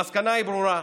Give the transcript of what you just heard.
המסקנה היא ברורה,